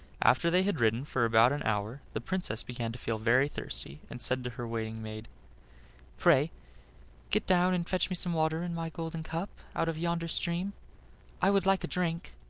after they had ridden for about an hour the princess began to feel very thirsty, and said to her waiting-maid pray get down and fetch me some water in my golden cup out of yonder stream i would like a drink.